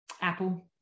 Apple